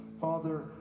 Father